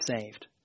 saved